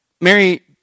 Mary